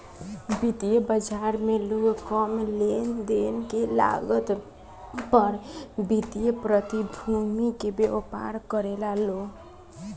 वित्तीय बाजार में लोग कम लेनदेन के लागत पर वित्तीय प्रतिभूति के व्यापार करेला लो